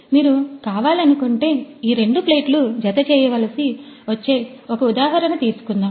మీరు కావాలనుకుంటే ఈ రెండు ప్లేట్లు జతచేయవలసి వచ్చే ఒక ఉదాహరణ తీసుకుందాం